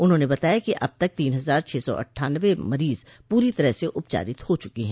उन्होंने बताया कि अब तक तीन हजार छह सौ अट्ठानवे मरीज पूरी तरह से उपचारित हो चुके हैं